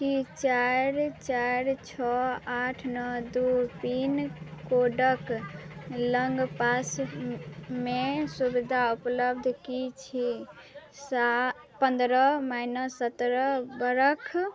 कि चारि चारि छओ आठ नओ दुइ पिनकोडके लगपासमे सुविधा उपलब्ध कि छओसँ पनरह माइनस सतरह बरख